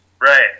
Right